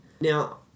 Now